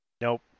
nope